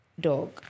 dog